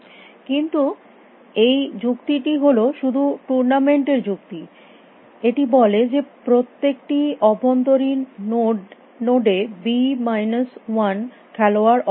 কিন্তু এই যুক্তিটি হল শুধু টুর্নামেন্ট এর যুক্তি এটি বলে যে প্রত্যেকটি অভ্যন্তরীণ নোড এ বি মাইনাস ওয়ান খেলোয়াড় অপনীত হয়